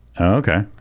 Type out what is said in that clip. Okay